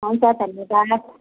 हुन्छ धन्यवाद